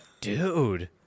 Dude